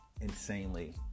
insanely